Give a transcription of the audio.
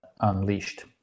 unleashed